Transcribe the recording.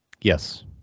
Yes